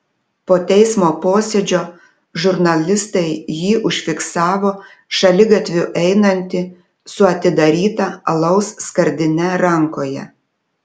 po teismo posėdžio žurnalistai jį užfiksavo šaligatviu einantį su atidaryta alaus skardine rankoje